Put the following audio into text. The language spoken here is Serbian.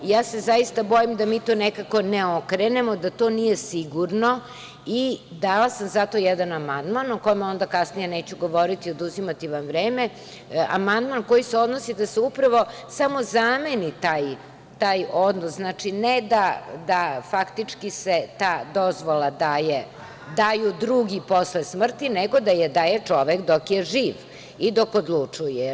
Zaista se bojim da mi to nekako ne okrenemo, da to nije sigurno i dala sam zato jedan amandman o kome onda kasnije neću govoriti, oduzimati vam vreme, amandman koji se odnosi da se upravo samo zameni taj odnos, znači ne da faktički tu dozvolu daju drugi posle smrti, nego da je daje čovek dok je živ i dok odlučuje.